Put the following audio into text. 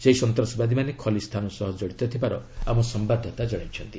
ସେହି ସନ୍ତାସବାଦୀମାନେ ଖଲିସ୍ତାନ ସହ କଡ଼ିତ ଥିବାର ଆମ ସମ୍ଭାଦଦାତା ଜଣାଇଛନ୍ତି